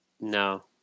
No